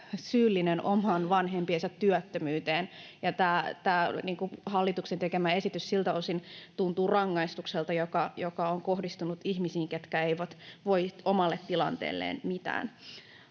syyllinen omien vanhempiensa työttömyyteen. Tämä hallituksen tekemä esitys siltä osin tuntuu rangaistukselta, joka on kohdistunut ihmisiin, ketkä eivät voi omalle tilanteelleen mitään.